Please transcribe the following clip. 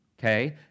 okay